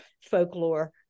folklore